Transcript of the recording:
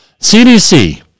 CDC